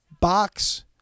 box